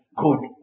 good